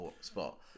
spot